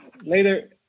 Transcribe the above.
Later